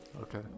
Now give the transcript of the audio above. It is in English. Okay